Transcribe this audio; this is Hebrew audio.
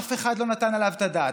ואף אחד לא נתן עליו את הדעת.